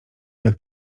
jak